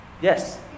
Yes